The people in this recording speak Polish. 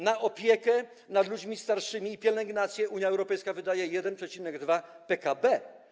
Na opiekę nad ludźmi starszymi i pielęgnację Unia Europejska wydaje 1,2% PKB.